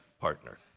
partner